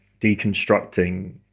deconstructing